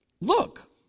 Look